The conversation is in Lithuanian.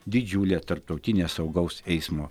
didžiulė tarptautinė saugaus eismo